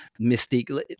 Mystique